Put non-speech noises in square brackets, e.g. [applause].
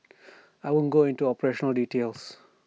[noise] I won't go into operational details